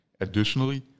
additionally